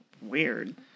Weird